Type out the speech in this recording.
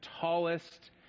tallest